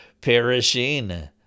perishing